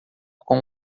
com